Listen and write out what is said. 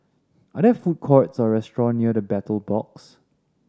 are there food courts or restaurant near The Battle Box